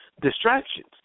distractions